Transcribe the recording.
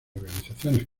organizaciones